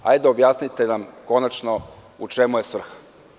Hajde objasnite nam u čemu je svrha?